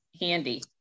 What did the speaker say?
handy